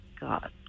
God